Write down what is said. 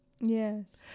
yes